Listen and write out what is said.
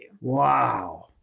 Wow